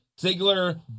Ziggler